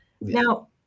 Now